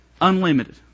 unlimited